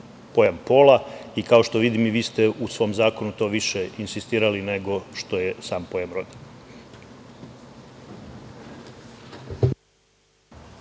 pojam pola i, kao što vidim, i vi ste u svom zakonu to više insistirali nego što je sam pojam roda.